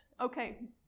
Okay